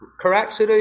correct